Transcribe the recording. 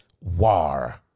war